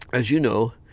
as you know,